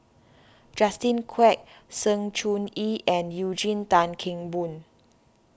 Justin Quek Sng Choon Yee and Eugene Tan Kheng Boon